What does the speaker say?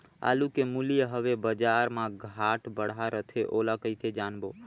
आलू के मूल्य हवे बजार मा घाट बढ़ा रथे ओला कइसे जानबो?